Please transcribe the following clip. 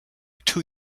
two